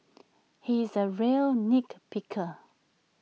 he is A real nit picker